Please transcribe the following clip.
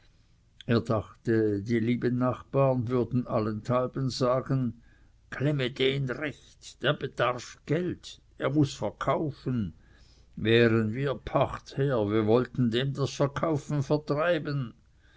er dachte die lieben nachbaren würden allenthalben sagen klemme den recht der bedarf geld er muß verkaufen wären wir pachtherr wir wollten dem das verkaufen vertreiben